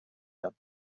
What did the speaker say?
them